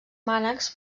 mànecs